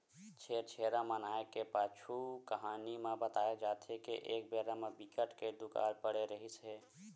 छेरछेरा मनाए के पाछू कहानी म बताए जाथे के एक बेरा म बिकट के दुकाल परे रिहिस हे